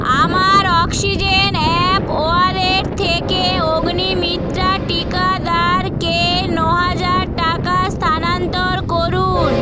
আমার oxygen app wallet থেকে অগ্নিমিত্রা টীকাদারকে ন হাজার টাকা স্থানান্তর করুন